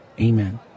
Amen